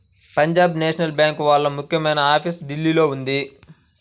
Punjab national bank వాళ్ళ ముఖ్యమైన office ఢిల్లీలో ఉంది